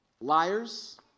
liars